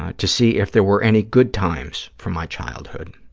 to see if there were any good times from my childhood.